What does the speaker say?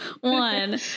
one